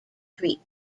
creek